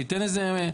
שייתן איזה,